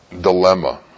dilemma